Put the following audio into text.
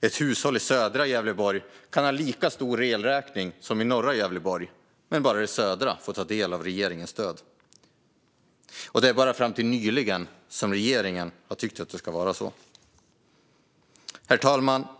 Ett hushåll i södra Gävleborg kan ha lika hög elräkning som ett hushåll i norra Gävleborg, men bara hushållet i södra Gävleborg ska få ta del av regeringens stöd. Ända fram till nyligen har regeringen tyckt att det ska vara så. Herr talman!